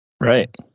Right